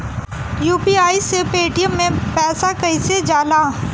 UPI से Paytm मे पैसा कइसे जाला?